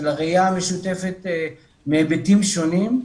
של הראייה המשותפת מהיבטים שונים,